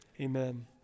Amen